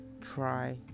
try